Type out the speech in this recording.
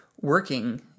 working